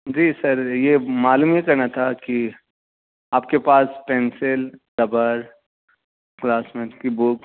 جی sir یہ معلوم یہ کرنا تھا کہ آپ کے پاس پنسل ربر کلاسمیٹ کی بکس